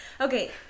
Okay